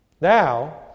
Now